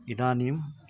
इदानीं